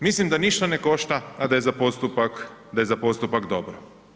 Mislim da ništa ne košta a da je za postupak dobro.